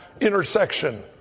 intersection